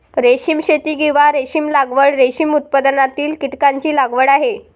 रेशीम शेती, किंवा रेशीम लागवड, रेशीम उत्पादनातील कीटकांची लागवड आहे